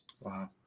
Wow